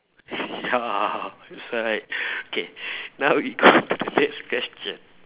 ya that's why okay now we go to the next question